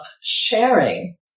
sharing